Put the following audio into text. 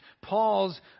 Paul's